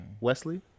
wesley